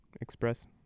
express